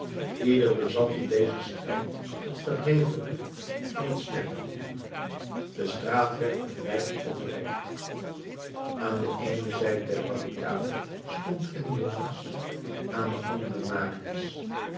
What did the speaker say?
ieder bezat in dezen strijd het verhevene van het sterfuur de straat werd met lijken overdekt aan de eene zijde der barricade stond enjolras aan de andere marius